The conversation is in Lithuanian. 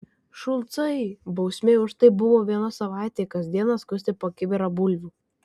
šulcai bausmė už tai buvo vieną savaitę kas dieną skusti po kibirą bulvių